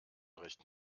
recht